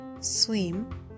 swim